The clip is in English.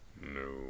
No